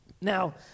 Now